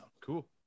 cool